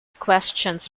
questions